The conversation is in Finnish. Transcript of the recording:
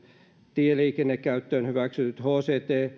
tieliikennekäyttöön hyväksytyt hct